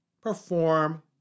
perform